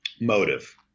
motive